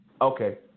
Okay